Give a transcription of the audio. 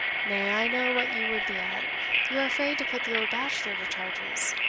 nay, i know what you would be at you are afraid to put the old bachelor to charges.